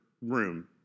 room